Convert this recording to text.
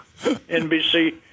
NBC